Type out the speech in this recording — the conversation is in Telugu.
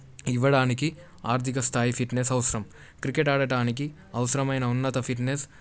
ఇవ్వడానికి ఆర్థిక స్థాయి ఫిట్నెస్ అవసరం క్రికెట్ ఆడటానికి అవసరమైన ఉన్నత ఫిట్నెస్